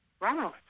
Ramos